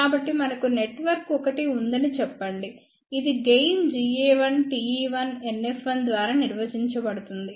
కాబట్టి మనకు నెట్వర్క్ ఒకటి ఉందని చెప్పండి ఇది గెయిన్ Ga1 Te1 NF1 ద్వారా నిర్వచించబడుతుంది